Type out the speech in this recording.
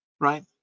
right